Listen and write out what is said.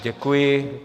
Děkuji.